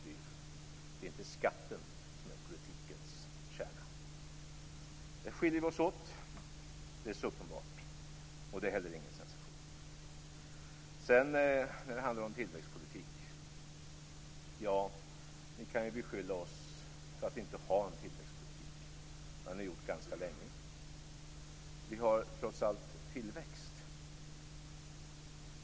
Det är inte skatten som är politikens kärna. Där skiljer vi oss åt. Det är uppenbart, och det är heller inte någon sensation. Så till tillväxtpolitik. Ni kan ju beskylla oss för att inte ha en tillväxtpolitik. Det har ni gjort ganska länge. Vi har trots allt tillväxt.